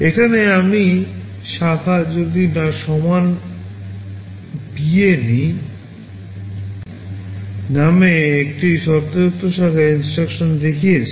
এখানে আমি শাখা যদি না সমান নামে একটি শর্তযুক্ত শাখা INSTRUCTION দেখিয়েছি